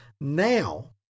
now